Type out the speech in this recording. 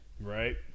Right